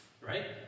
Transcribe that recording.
right